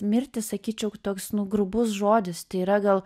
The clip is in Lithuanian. mirti sakyčiau toks nu grubus žodis tai yra gal